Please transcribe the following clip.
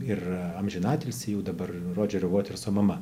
ir amžinatilsį jau dabar rodžerio voterso mama